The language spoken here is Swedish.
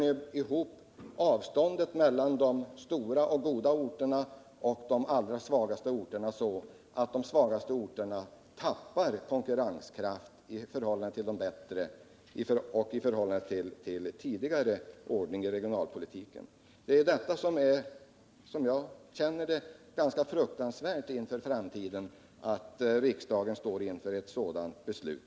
Varför krymper ni avståndet mellan de stora och arbetsmarknadsmässigt goda orterna och de allra svagaste, så att de senare förlorar konkurrenskraft i förhållande till de starkare orterna? Jag upplever det som ganska fruktansvärt inför framtiden att riksdagen står inför att fatta ett sådant beslut.